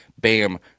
Bam